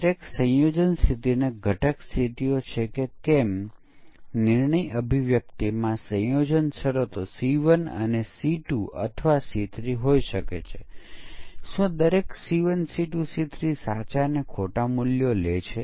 આપણને ખબર નથી કે કોડ કેવી રીતે લખવામાં આવ્યો છે આપણે ફક્ત જાણીએ છીએ કે તે લેવાયેલ ઇનપુટ શું છે અને તેનું આઉટપુટ શું કરે છે